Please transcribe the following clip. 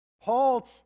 Paul